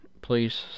please